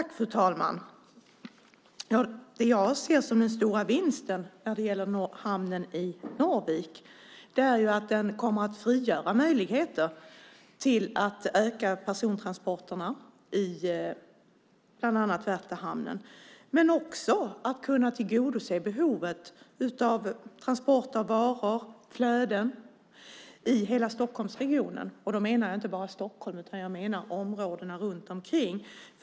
Fru talman! Det jag ser som den stora vinsten när det gäller hamnen i Norvik är ju att den kommer att frigöra möjligheter att öka persontransporterna i bland annat Värtahamnen men också tillgodose behovet av transport av varor, flöden, i hela Stockholmsregionen. Då menar jag inte bara Stockholm utan jag menar områdena runt omkring.